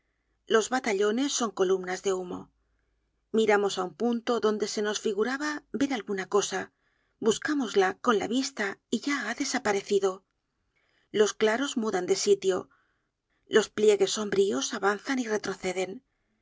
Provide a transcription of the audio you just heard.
los batallones son columnas de humo miramos á un punto donde se nos figuraba ver alguna cosa buscárnosla con la vista y ya ha desaparecido los claros mudan de sitio los pliegues sombríos avanzan y retroceden